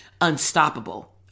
unstoppable